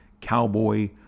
cowboy